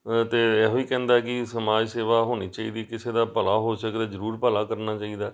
ਅ ਤਾਂ ਇਹੋ ਹੀ ਕਹਿੰਦਾ ਕਿ ਸਮਾਜ ਸੇਵਾ ਹੋਣੀ ਚਾਹੀਦੀ ਕਿਸੇ ਦਾ ਭਲਾ ਹੋ ਸਕੇ ਤਾਂ ਜ਼ਰੂਰ ਭਲਾ ਕਰਨਾ ਚਾਹੀਦਾ